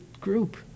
group